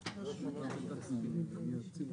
זכות הדיבור, כבוד יושב-ראש הוועדה